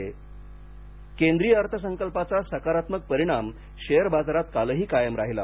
share बाजार केंद्रीय अर्थसंकल्पाचा सकारात्मक परिणाम शेअर बाजारात कालही कायम राहिला